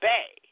Bay